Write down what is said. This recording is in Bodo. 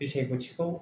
बिसायख'थिखौ